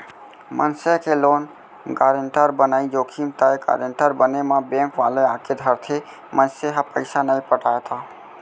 मनसे के loan guarantor बनई जोखिम ताय गारेंटर बने म बेंक वाले आके धरथे, मनसे ह पइसा नइ पटाय त